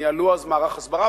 ניהלו אז מערך הסברה,